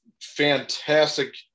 fantastic